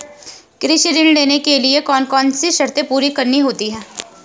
कृषि ऋण लेने के लिए कौन कौन सी शर्तें पूरी करनी होती हैं?